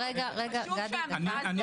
אחרים.